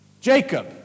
Jacob